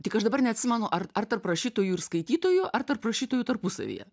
tik aš dabar neatsimenu ar ar tarp rašytojų ir skaitytojų ar tarp rašytojų tarpusavyje